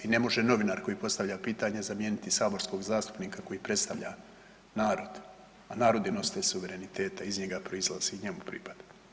Ne može novinar koji postavlja pitanje zamijeniti saborskog zastupnika koji predstavlja narod, a narod je nositelj suvereniteta, iz njega proizlazi i njemu pripada.